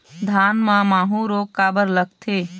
धान म माहू रोग काबर लगथे?